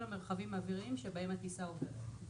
המרחבים האוויריים שבהם הטיסה עוברת.